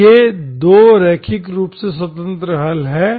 और ये दो रैखिक रूप से स्वतंत्र हल हैं